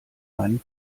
meinen